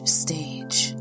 stage